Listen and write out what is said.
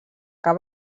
que